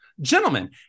Gentlemen